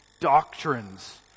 doctrines